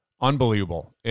Unbelievable